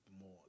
more